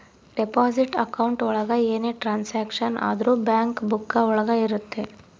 deposit account ಒಳಗ ಏನೇ transaction ಆದ್ರೂ ಬ್ಯಾಂಕ್ ಬುಕ್ಕ ಒಳಗ ಇರುತ್ತೆ